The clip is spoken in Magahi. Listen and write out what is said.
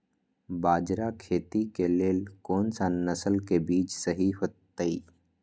बाजरा खेती के लेल कोन सा नसल के बीज सही होतइ?